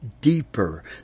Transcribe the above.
deeper